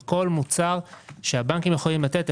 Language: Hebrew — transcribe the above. וכל מוצר שהבנקים יכולים לתת,